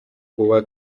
kuba